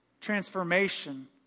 transformation